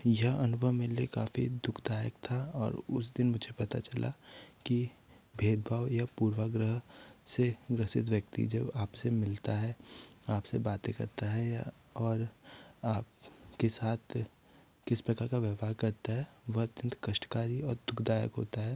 यह अनुभव मेरे लिए काफ़ी दुःखदायक था और उस दिन मुझे पता चला कि भेदभाव या पूर्वाग्रह से ग्रसित व्यक्ति जब आपसे मिलता है आपसे बातें करता है या और आप के साथ किस प्रकार का व्यवहार करता है वह अत्यंत कष्टकारी और दुःखदायक होता है